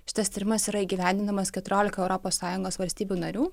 šitas tyrimas yra įgyvendinamas keturiolikoje europos sąjungos valstybių narių